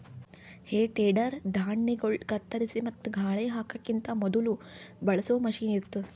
ಹೇ tedder ಧಾಣ್ಣಿಗೊಳ್ ಕತ್ತರಿಸಿ ಮತ್ತ ಗಾಳಿ ಹಾಕಕಿಂತ ಮೊದುಲ ಬಳಸೋ ಮಷೀನ್ ಇರ್ತದ್